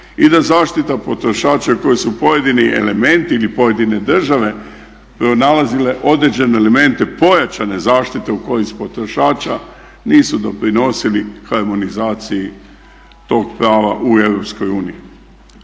i da zaštita potrošača koje su pojedini elementi ili pojedine države pronalazile određene elemente pojačane zaštite u korist potrošača nisu doprinosili harmonizaciji tog prava u